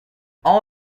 all